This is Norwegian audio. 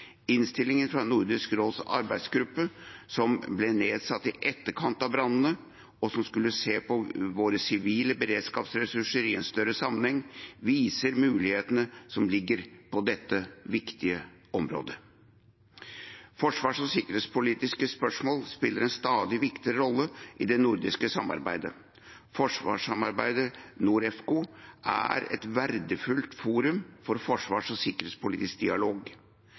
Innstillingen fra Nordisk råds arbeidsgruppe, som ble nedsatt i etterkant av brannene, og som skulle se på våre sivile beredskapsressurser i en større sammenheng, viser mulighetene som ligger på dette viktige området. Forsvars- og sikkerhetspolitiske spørsmål spiller en stadig viktigere rolle i det nordiske samarbeidet. Forsvarssamarbeidet NORDEFCO er et verdifullt forum for forsvars- og sikkerhetspolitisk dialog.